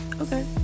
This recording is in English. Okay